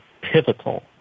pivotal